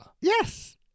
Yes